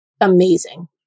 amazing